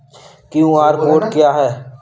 QR code क्या है?